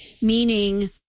meaning